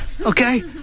okay